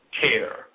care